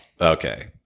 Okay